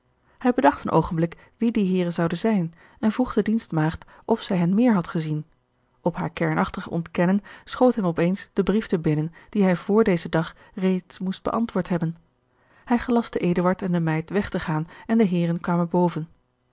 hij bedacht een oogenblik wie die heeren zouden zijn en vroeg de dienstmaagd of zij hen meer had gezien op haar kernachtig ontkennen schoot hem op eens de brief te binnen dien hij vr dezen dag reeds moest beantwoord hebben hij gelastte eduard en de meid weg te gaan en de heeren kwamen boven